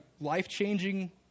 life-changing